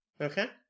Okay